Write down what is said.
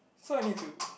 so I need to